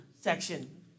section